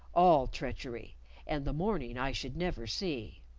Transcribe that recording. all treachery and the morning i should never see.